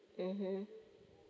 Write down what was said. mmhmm